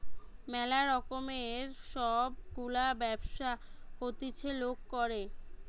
ম্যালা রকমের সব গুলা ব্যবসা হতিছে লোক করে